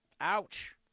Ouch